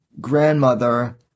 grandmother